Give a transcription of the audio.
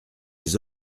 les